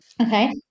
Okay